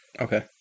Okay